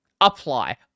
Apply